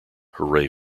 hooray